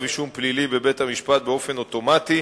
אישום פלילי בבית-המשפט באופן אוטומטי,